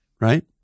right